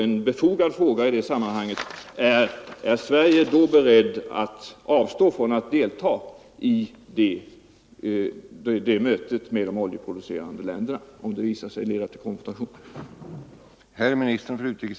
En befogad fråga i det sammanhanget måste vara: Är Sverige berett att avstå från att delta i mötet med de oljeproducerande länderna, om det visar sig att detta skulle leda till konfrontation?